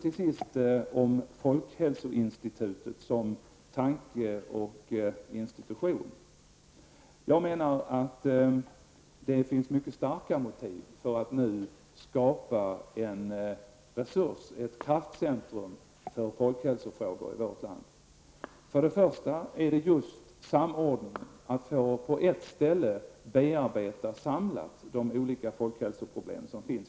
Till sist några ord om folkhälsoinstitutet som tanke och institution. Jag menar att det finns mycket starka motiv för att nu skapa en resurs, ett kraftcentrum för folkhälsofrågor i vårt land. För det första är det just en fråga om samordning, att på ett ställe samlat få bearbeta de olika folkhälsoproblem som finns.